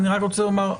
אני רק רוצה לומר,